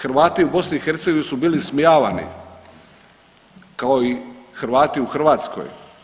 Hrvati u BiH su bili ismijavani, kao i Hrvati u Hrvatskoj.